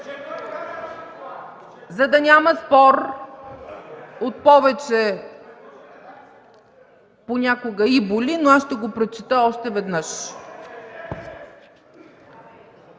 За да няма спор, от повече понякога и боли, но аз ще го прочета още веднъж.